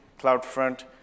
CloudFront